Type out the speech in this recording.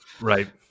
Right